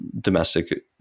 domestic